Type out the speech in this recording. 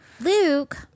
Luke